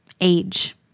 Age